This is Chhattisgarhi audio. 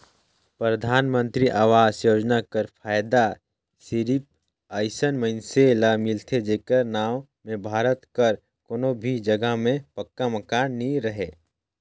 परधानमंतरी आवास योजना कर फएदा सिरिप अइसन मइनसे ल मिलथे जेकर नांव में भारत कर कोनो भी जगहा में पक्का मकान नी रहें